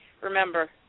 remember